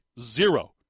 zero